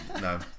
no